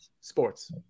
sports